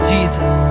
Jesus